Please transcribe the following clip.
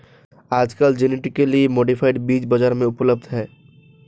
आजकल genetically modified बीज बाजार में उपलब्ध है